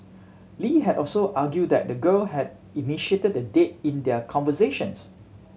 Lee had also argued that the girl had initiated the date in their conversations